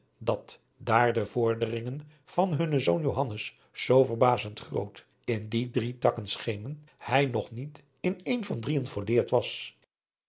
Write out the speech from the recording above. dat daar de vorderingen van hunnen zoon johannes zoo verbazend groot in die drie takken schenen hij nog niet in een van drieën volleerd was